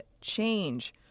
change